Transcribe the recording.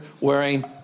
wearing